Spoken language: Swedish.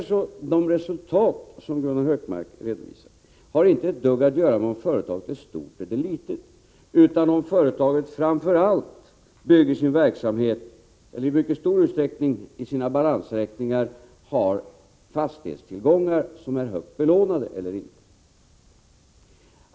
De resultat som Gunnar Hökmark redovisar har därför inte ett dugg att göra med om företaget är stort eller litet utan om företaget framför allt i mycket stor utsträckning i sina balansräkningar har fastighetstillgångar som är högt belånade eller inte.